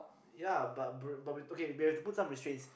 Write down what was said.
ya but br~ but we okay we have to put some restraints